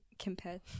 compared